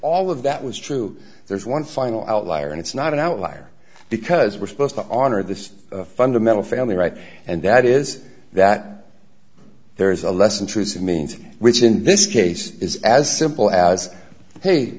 all of that was true there's one final outlier and it's not an outlier because we're supposed to honor this fundamental family right and that is that there is a less intrusive means which in this case is as simple as hey